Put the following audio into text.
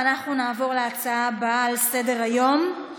נעבור להצעות הבאות לסדר-היום, בנושא: